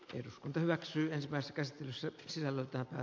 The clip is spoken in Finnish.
eduskunta hyväksyy myös raskas ja sisällöltään hän